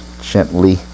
gently